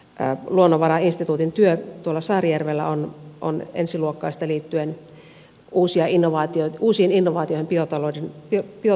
luonnonvarainstituutin työ saarijärvellä on ensiluokkaista liittyen uusiin innovaatioihin biotalousalalla